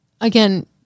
again